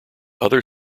other